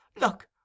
Look